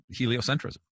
heliocentrism